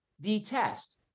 detest